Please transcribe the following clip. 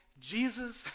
Jesus